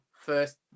first